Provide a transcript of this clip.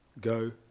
Go